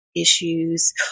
issues